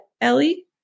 Ellie